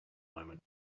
moment